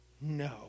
No